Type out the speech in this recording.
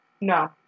No